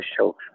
show